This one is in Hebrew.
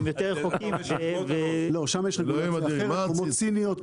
שם יש רגולציה אחרת,